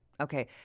Okay